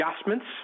adjustments